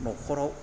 न'खराव